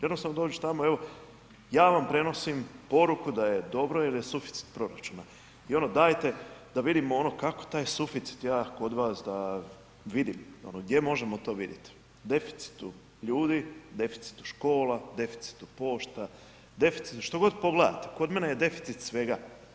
Jednostavno dođe tamo, evo ja vam prenosim poruku da je dobro jer je suficit proračuna i ono dajte da vidimo kako taj suficit ja kod vas da vidimo ono gdje možemo to vidjeti, deficitu ljudi, deficitu škola, deficitu pošta, deficitu, što god pogledate, kod mene je deficit svega.